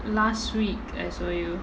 last week I saw you